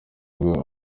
ubwo